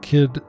Kid